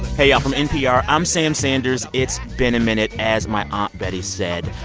hey, y'all. from npr, i'm sam sanders. it's been a minute. as my aunt betty said,